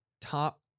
top